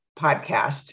podcast